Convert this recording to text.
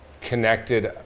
connected